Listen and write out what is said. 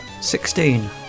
Sixteen